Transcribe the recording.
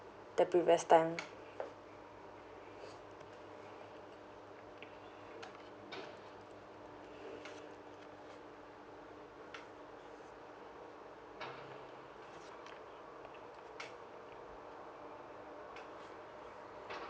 the previous time